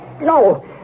No